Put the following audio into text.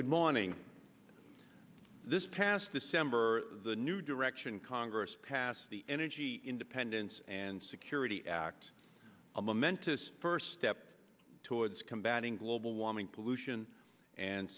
good morning this past december the new direction congress passed the energy independence and security act a momentous first step towards combating global warming pollution and